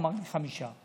הוא אמר לי: חמישה.